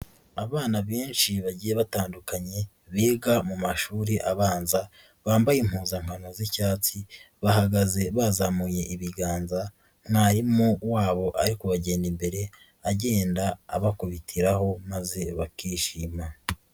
Abana benshi bagiye batandukanye, biga mu mashuri abanza bambaye impuzankano z'icyatsi, bahagaze bazamuye ibiganza, mwarimu wabo ari kubagenda imbere, agenda abakubitiraho maze bakishima.